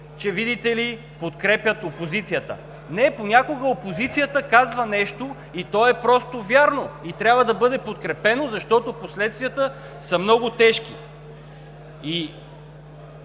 че видите ли, че подкрепят опозицията. Не, понякога опозицията казва нещо и то е просто вярно, и трябва да бъде подкрепено, защото последствията са много тежки.